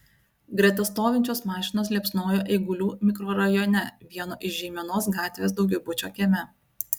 greta stovinčios mašinos liepsnojo eigulių mikrorajone vieno iš žeimenos gatvės daugiabučio kieme